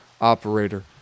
operator